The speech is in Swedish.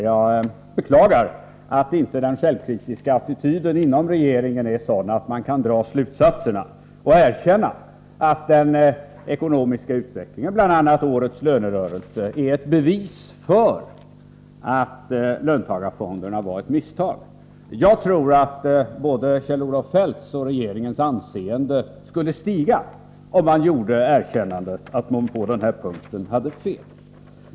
Jag beklagar att inte den självkritiska attityden inom regeringen är sådan att man kan dra slutsatsen och erkänna att den ekonomiska utvecklingen, bl.a. årets lönerörelse, är ett bevis på att löntagarfonderna var ett misstag. Jag tror att både Kjell-Olof Feldts och regeringens anseende skulle stiga om man erkände att man på denna punkt hade fel.